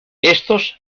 estos